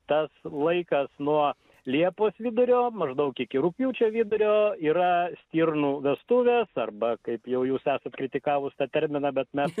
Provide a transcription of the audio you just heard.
tas laikas nuo liepos vidurio maždaug iki rugpjūčio vidurio yra stirnų vestuvės arba kaip jau jūs esat kritikavus tą terminą bet mes